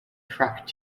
track